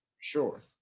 sure